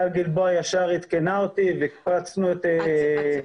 טל גלבוע ישר עדכנה אותי והקפצנו את מרחב איילון.